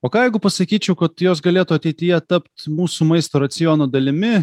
o ką jeigu pasakyčiau kad jos galėtų ateityje tapt mūsų maisto raciono dalimi